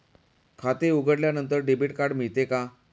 खाते उघडल्यानंतर debit card मिळते का?